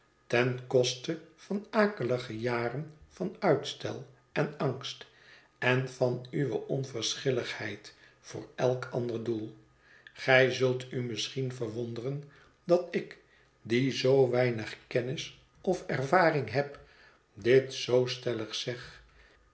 ten koste van akelige jaren van uitstel en angst en van uwe onverschilligheid voor elk ander doel gij zult u misschien verwonderen dat ik die zoo weinig kennis of ervaring heb dit zoo stellig zeg